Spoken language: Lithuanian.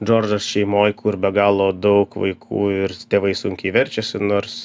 džordžas šeimoj kur be galo daug vaikų ir tėvai sunkiai verčiasi nors